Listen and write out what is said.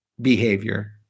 behavior